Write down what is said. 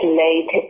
late